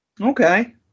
Okay